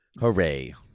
Hooray